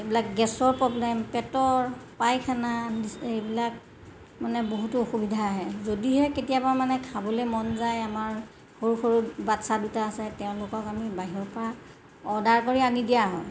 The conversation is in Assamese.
এইবিলাক গেছৰ প্ৰব্লেম পেটৰ পাইখানা এইবিলাক মানে বহুতো অসুবিধা আহে যদিহে কেতিয়াবা মানে খাবলৈ মন যায় আমাৰ সৰু সৰু বাচ্ছা দুটা আছে তেওঁলোকক আমি বাহিৰপৰা অৰ্ডাৰ কৰি আনি দিয়া হয়